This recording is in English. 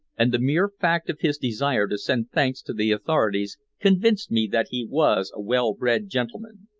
and the mere fact of his desire to send thanks to the authorities convinced me that he was a well-bred gentleman.